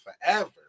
forever